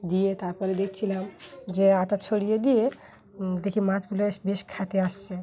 দিয়ে তারপরে দেখছিলাম যে আটা ছড়িয়ে দিয়ে দেখি মাছগুলো বেশ খেতে আসছে